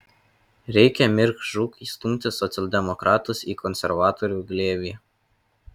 reikia mirk žūk įstumti socialdemokratus į konservatorių glėbį